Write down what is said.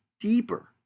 deeper